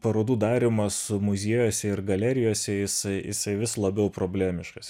parodų darymas muziejuose ir galerijose jisai jisai vis labiau problemiškas